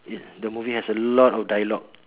ya the movie has a lot of dialogue